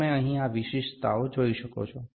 તમે અહીં આ વિશિષ્ટતાઓ જોઈ શકો છો